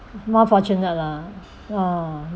more fortunate lah ah